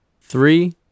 Three